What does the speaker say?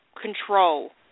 control